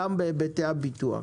גם בהיבטי הביטוח